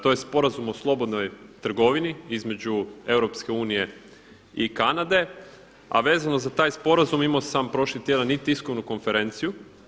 To je sporazum o slobodnoj trgovini između EU i Kanade, a vezano za taj sporazum imao sam prošli tjedan i tiskovnu konferenciju.